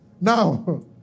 Now